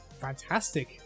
fantastic